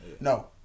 No